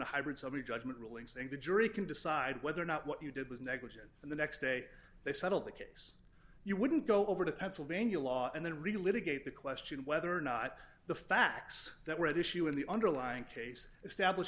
a hybrid somebody judgment ruling saying the jury can decide whether or not what you did was negligent and the next day they settled the case you wouldn't go over to pennsylvania law and then really litigator the question of whether or not the facts that were at issue in the underlying case establish